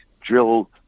drill